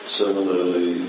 similarly